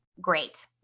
great